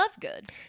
Lovegood